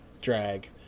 drag